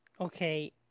Okay